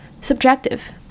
subjective